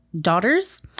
daughters